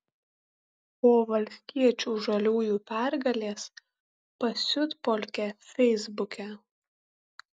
po valstiečių žaliųjų pergalės pasiutpolkė feisbuke